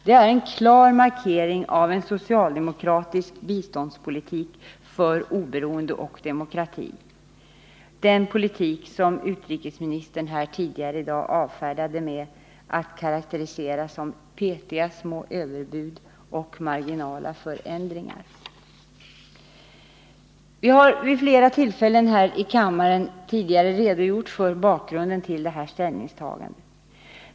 Det är en klar markering av en socialdemokratisk biståndspolitik för oberoende och demokrati — den politik som utrikesministern tidigare här i dag avfärdade genom att karakterisera den med orden små petiga överbud och marginella förändringar. Vi har vid flera tillfällen tidigare här i kammaren redogjort för bakgrunden till detta ställningstagande.